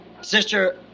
Sister